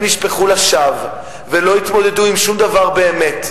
נשפכו לשווא ולא התמודדו עם שום דבר באמת,